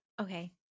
Okay